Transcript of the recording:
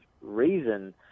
reason